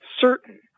certain